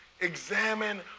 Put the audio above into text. examine